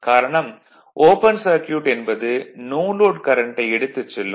காரணம் open circuit என்பது no load கரண்ட்டை எடுத்துச் செல்லும்